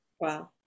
Wow